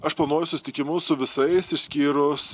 aš planuoju susitikimus su visais išskyrus